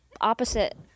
opposite